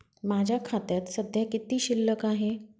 माझ्या खात्यात सध्या किती शिल्लक आहे?